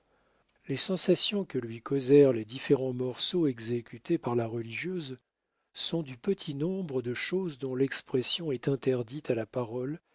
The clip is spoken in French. les sensations que lui causèrent les différents morceaux exécutés par la religieuse sont du petit nombre de choses dont l'expression est interdite à la parole